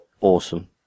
awesome